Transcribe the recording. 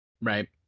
Right